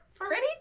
already